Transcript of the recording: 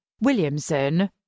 Williamson